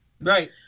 Right